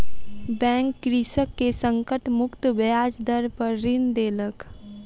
bank कृषक के संकट मुक्त ब्याज दर पर ऋण देलक